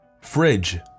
Fridge